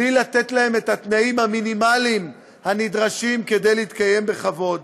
בלי לתת להם את התנאים המינימליים הנדרשים כדי להתקיים בכבוד.